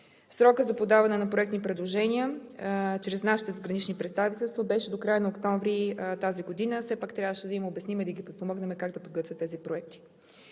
Срокът за подаване на проектни предложения чрез нашите задгранични представителства беше до края на месец октомври тази година. Все пак трябваше да им обясним и подпомогнем как да подготвят тези проекти.